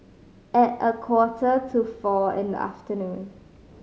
at a quarter to four in the afternoon